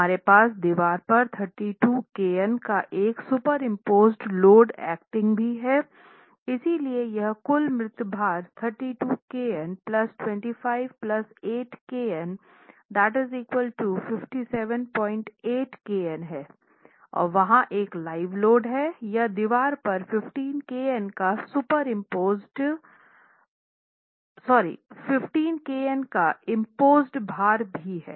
हमारे पास दीवार पर 32 kN का एक सुपरिम्पोज्ड लोड एक्टिंग भी है इसलिए यहां कुल मृत भार 32 kN 258 kN 578 kN है और वहाँ एक लाइव लोड हैं या दीवार पर 15 kN का इम्पोसेड भार भी हैं